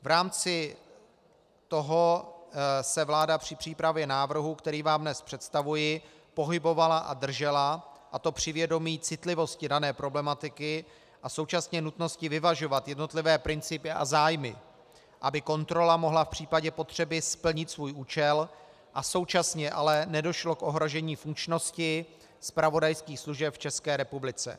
V rámci toho se vláda při přípravě návrhu, který vám dnes představuji, pohybovala a držela, a to při vědomí citlivosti dané problematiky a současně nutnosti vyvažovat jednotlivé principy a zájmy, aby kontrola mohla v případě potřeby splnit svůj účel a současně ale nedošlo k ohrožení funkčnosti zpravodajských služeb v České republice.